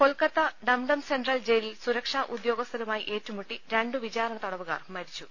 Kolkata Dum Dum central ജയിലിൽ സുരക്ഷാ ഉദ്യോഗ സ്ഥരുമായി ഏറ്റുമുട്ടി രണ്ട് വിചാരണ തടവുകാർ മരിച്ചു